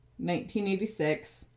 1986